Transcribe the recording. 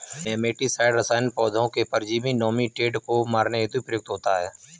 nematicide रसायन पौधों के परजीवी नोमीटोड को मारने हेतु प्रयुक्त होता है